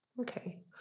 okay